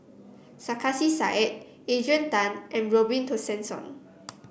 Sarkasi Said Adrian Tan and Robin Tessensohn